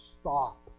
stop